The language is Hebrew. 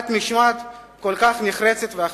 את נשמעת כל כך נחרצת והחלטית?